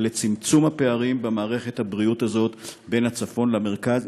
ולצמצום הפערים במערכת הבריאות בין הצפון למרכז.